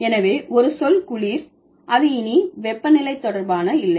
எனவே ஒரு சொல் குளிர் அது இனி வெப்பநிலை தொடர்பான இல்லை